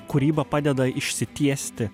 kūryba padeda išsitiesti